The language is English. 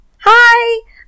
hi